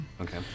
Okay